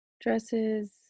dresses